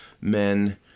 men